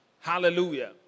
Hallelujah